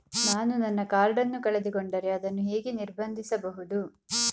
ನಾನು ನನ್ನ ಕಾರ್ಡ್ ಅನ್ನು ಕಳೆದುಕೊಂಡರೆ ಅದನ್ನು ಹೇಗೆ ನಿರ್ಬಂಧಿಸಬಹುದು?